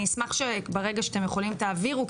אני אשמח שברגע שאתם יכולים תעבירו,